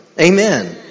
Amen